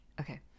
Okay